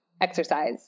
exercise